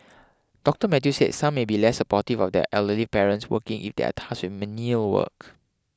Doctor Mathew said some may be less supportive of their elderly parents working if they are tasked with menial work